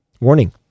warning